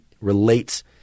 relates